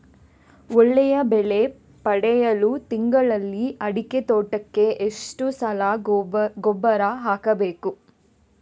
ಒಳ್ಳೆಯ ಬೆಲೆ ಪಡೆಯಲು ತಿಂಗಳಲ್ಲಿ ಅಡಿಕೆ ತೋಟಕ್ಕೆ ಎಷ್ಟು ಸಲ ಗೊಬ್ಬರ ಹಾಕಬೇಕು?